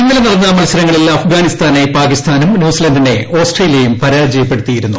ഇന്നലെ നടന്ന മത്സ രങ്ങളിൽ അഫ്ഗാനിസ്ഥാനെ പാക്കിസ്ഥാനും ന്യൂസ്ലന്റിനെ ആസ്ട്രേലിയയും പരാജയപ്പെടുത്തിയിരുന്നു